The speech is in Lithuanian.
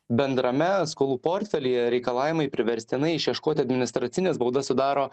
bendrame skolų portfelyje reikalavimai priverstinai išieškoti administracines baudas sudaro